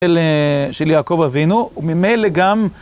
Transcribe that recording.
של יעקב אבינו, וממה אלה גם...